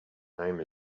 name